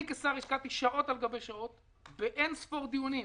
אני כשר השקעתי שעות על גבי שעות באין ספור דיונים,